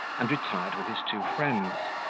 and retired with his two friends,